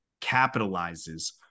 capitalizes